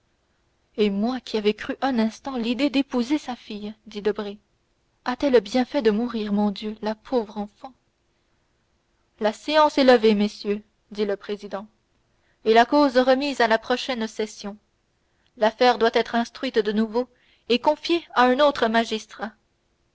et moi qui avais eu un instant l'idée d'épouser sa fille dit debray a-t-elle bien fait de mourir mon dieu la pauvre enfant la séance est levée messieurs dit le président et la cause remise à la prochaine session l'affaire doit être instruite de nouveau et confiée à un autre magistrat